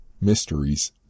mysteries